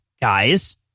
guys